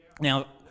Now